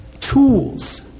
tools